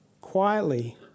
Quietly